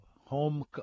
home